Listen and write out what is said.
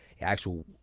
actual